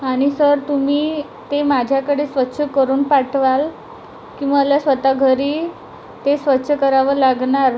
आणि सर तुम्ही ते माझ्याकडे स्वच्छ करून पाठवाल की मला स्वतः घरी ते स्वच्छ करावं लागणार